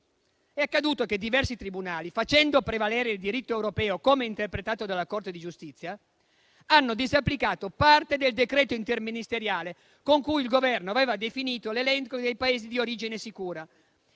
è accaduto? Diversi tribunali, facendo prevalere il diritto europeo, come interpretato dalla Corte di giustizia, hanno disapplicato parte del decreto interministeriale con cui il Governo aveva definito l'elenco dei Paesi di origine sicuri.